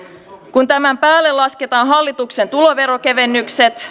kun tämän päälle lasketaan hallituksen tuloveronkevennykset